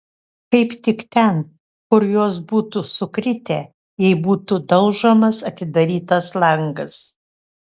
kaip tik ten kur jos būtų sukritę jei būtų daužomas atidarytas langas